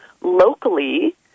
locally